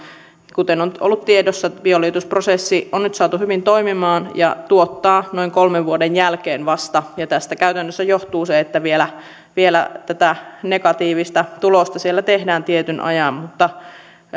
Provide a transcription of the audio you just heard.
kuten on ollut tiedossa bioliuotusprosessi on nyt saatu hyvin toimimaan ja se tuottaa vasta noin kolmen vuoden jälkeen ja tästä käytännössä johtuu se että vielä vielä tätä negatiivista tulosta siellä tehdään tietyn ajan mutta